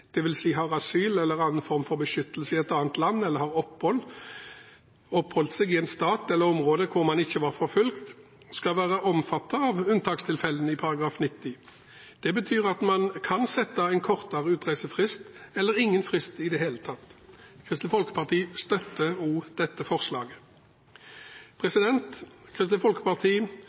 har asyl eller annen form for beskyttelse i et annet land, eller har oppholdt seg i en stat eller et område hvor man ikke var forfulgt, skal det være omfattet av unntakstilfellene i § 90. Det betyr at man kan sette en kortere utreisefrist eller ingen frist i det hele tatt. Kristelig Folkeparti støtter også dette forslaget.